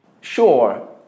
Sure